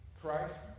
Christ